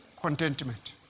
contentment